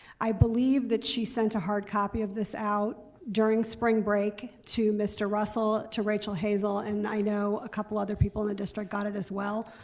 i believe that she sent a hard copy of this out during spring break to mr. russell, to rachel hazel, and i know a couple other people in the district got it as well.